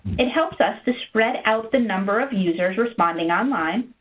it helps us to spread out the number of users responding online.